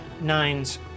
nines